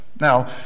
Now